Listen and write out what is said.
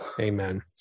Amen